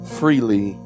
freely